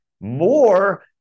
more